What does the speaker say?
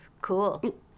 cool